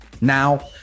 Now